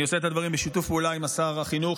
אני עושה את הדברים בשיתוף פעולה עם שר החינוך,